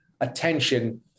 attention